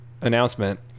announcement